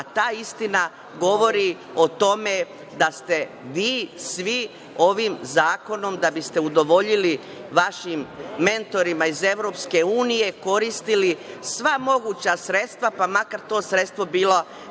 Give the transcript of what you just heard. a ta istina govori o tome da ste vi svi ovim zakonom, da biste udovoljili vašim mentorima iz Evropske unije, koristili sva moguća sredstva, pa makar to sredstvo bilo